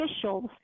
official's